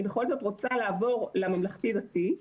אני בכל זאת רוצה לעבור לממלכתי דתי.